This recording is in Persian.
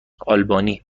آلبانی